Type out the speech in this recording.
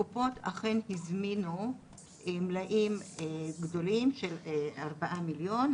הקופות אכן הזמינו מלאים גדולים של ארבעה מיליון,